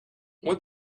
what